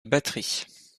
batterie